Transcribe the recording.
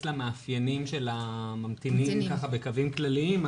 למאפיינים של הממתינים בקווים כלליים.